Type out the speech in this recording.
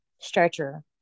stretcher